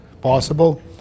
possible